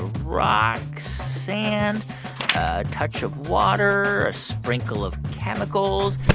rock, sand, a touch of water, a sprinkle of chemicals.